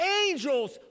Angels